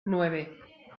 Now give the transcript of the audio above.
nueve